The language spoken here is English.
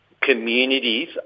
communities